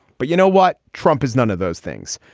but you know what. trump has none of those things.